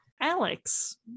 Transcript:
Alex